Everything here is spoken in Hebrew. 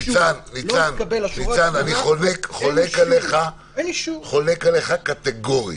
ניצן, אני חולק עליך קטגורית.